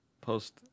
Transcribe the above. post